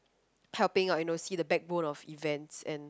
helping out you know see the backbones of events and